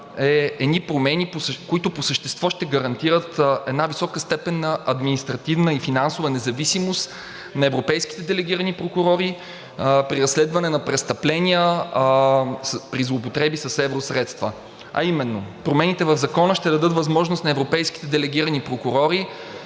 едни промени, които по същество ще гарантират една висока степен на административна и финансова независимост на европейските делегирани прокурори при разследване на престъпления при злоупотреби с евросредства. А именно, промените в Закона ще дадат възможност на европейските делегирани прокурори